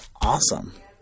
Awesome